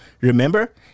Remember